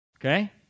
Okay